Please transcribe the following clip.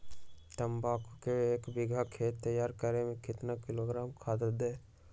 तम्बाकू के एक बीघा खेत तैयार करें मे कितना किलोग्राम खाद दे?